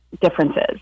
differences